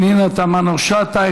פנינה תמנו-שטה,